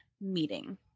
meeting